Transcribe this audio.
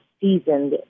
seasoned